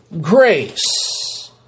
grace